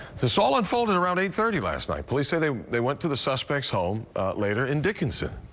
this all unfold around eight thirty last night police say they they went to the suspect's home later in dickinson.